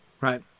right